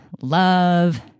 love